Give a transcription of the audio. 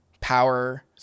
power